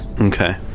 Okay